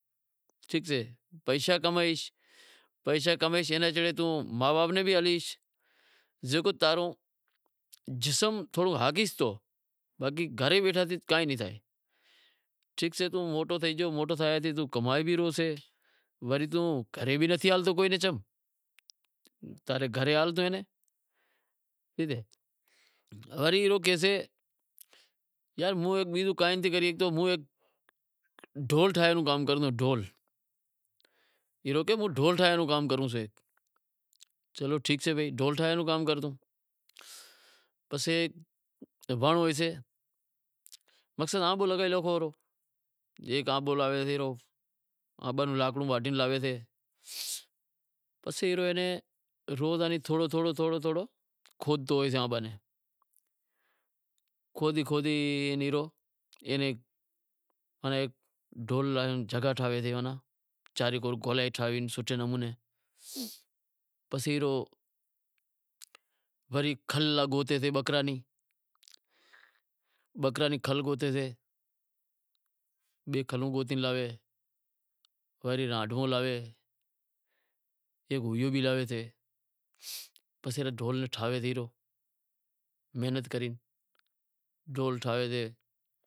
ٹھیک سے پیشا کمائیس تو توں ما باپ ناں بھی ہالیش، زکو تاں رو جسم تھوڑو ہاکیس تو، باقی گھرے بیٹھو کائیں نئیں تھے، ٹھیک سے توں موٹو تھائی گیو، موٹو تھے توں کمائے بھی شگیش وری توں گھرے بھی نتھی آوتو، وری ای کہاسے، یار موں نیں ایک بیزو کام کرنڑو سے، ڈھول ٹھائینڑ رو کام، ٹھیک اے توں ڈھول ٹھائینڑ رو کام کر، پسے مانڑو ہوئیسے، پسے روز تھوڑو تھوڑو کھدتو ہوسے آنباں نیں کھودی کھودی کھودی ماناں جگا ٹھاوسے ڈھول لا، چارے کور کھولے ٹھاوی سوٹھے نمونے پسے ایئے رو، پسے ایئے رو باکرے ری کھل گوتے تیں، بئی کھلوں گوتی لاوے، وری راڈووں لاوے، پسے ڈھول ٹھاوے سے ایوو محنت کری